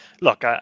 Look